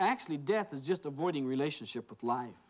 actually death is just avoiding relationship with life